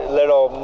little